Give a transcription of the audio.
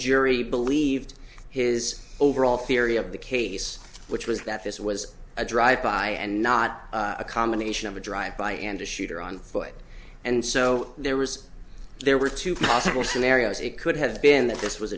jury believed his overall theory of the case which was that this was a drive by and not a combination of a drive by and a shooter on foot and so there was there were two possible scenarios it could have been that this was